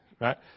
Right